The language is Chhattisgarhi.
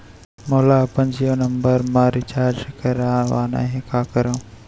मोला अपन जियो नंबर म रिचार्ज करवाना हे, का करव?